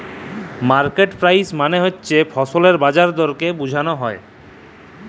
market price মালে হছে ফসলের বাজার দরকে বুঝাল হ্যয়